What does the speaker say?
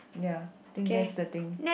ya think that's the thing